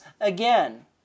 again